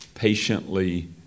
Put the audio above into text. patiently